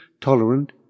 tolerant